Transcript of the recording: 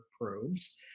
probes